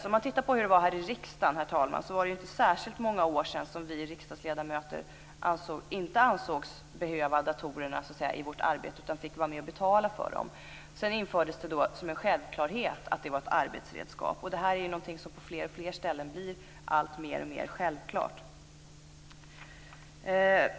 Om man ser tillbaka på hur det har varit här i riksdagen, herr talman, så är det inte särskilt många år sedan som vi riksdagsledamöter inte ansågs behöva datorerna i vårt arbete utan fick vara med och betala för dem. Senare infördes de som sjävklara arbetsredskap. Detta är någonting som på fler och fler ställen blir alltmer självklart.